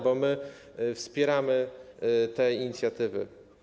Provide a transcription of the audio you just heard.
Bo my wspieramy te inicjatywy.